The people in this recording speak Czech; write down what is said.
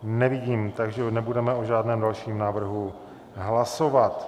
Nevidím, takže nebudeme o žádném dalším návrhu hlasovat.